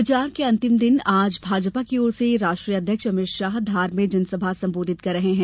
प्रचार के अंतिम दिन आज भाजपा की ओर से राष्ट्रीय अध्यक्ष अमित शाह धार में जनसभा संबोधित कर रहें हैं